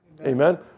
Amen